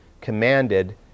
commanded